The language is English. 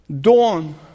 dawn